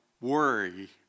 worry